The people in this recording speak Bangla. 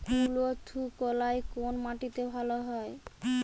কুলত্থ কলাই কোন মাটিতে ভালো হয়?